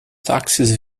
táxis